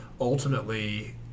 ultimately